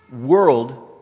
world